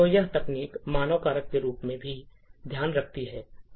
तो यह तकनीक मानव कारक के रूप में भी ध्यान रखती है